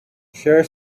share